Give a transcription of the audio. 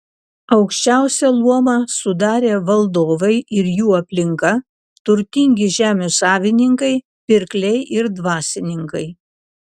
aukščiausią luomą sudarė valdovai ir jų aplinka turtingi žemių savininkai pirkliai ir dvasininkai